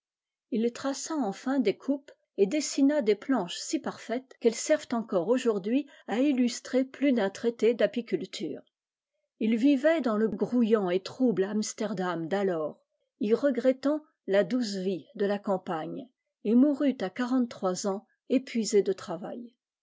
il traça enfin des coupes et dessina des planches si parfaites qu'elles servent encore aujourd'hui à illustrer plus d'un traité d'apiculture il vivait dans le grouillant et au seuil de la ruche trouble amsterdam d'alors y regrettant la douce vie de la campagne et mourut à quarante-trois ans épuisé de travail